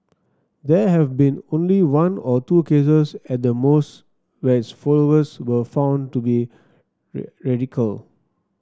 there have been only one or two cases at the most where its followers were found to be radical